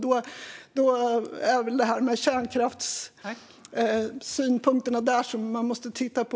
Då är väl kärnkraftssynpunkterna det som man måste titta på.